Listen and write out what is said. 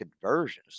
conversions